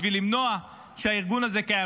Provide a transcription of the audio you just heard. בשביל למנוע שהארגון הזה יהיה קיים.